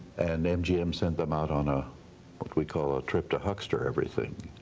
and mgm sent them out on ah what we call a trip to huckster everything.